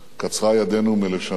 קצרה ידנו מלשנות